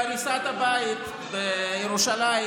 בהריסת הבית בירושלים,